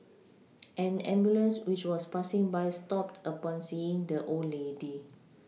an ambulance which was passing by stopped upon seeing the old lady